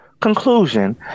conclusion